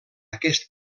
aquest